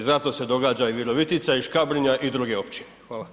Zato se događa i Virovitica i Škabrnja i druge općine.